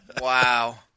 Wow